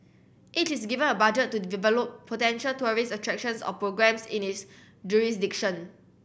each is given a budget to develop potential tourist attractions or programmes in its jurisdiction